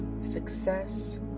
success